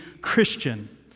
Christian